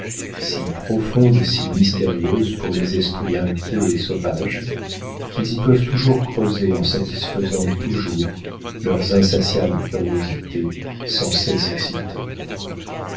si profonde et si mystérieuse pour les esprits inquiets et sauvages qu'ils y peuvent toujours creuser en satisfaisant toujours leurs insatiables curiosités sans cesse excitées